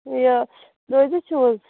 یہِ چھِو حظ